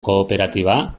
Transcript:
kooperatiba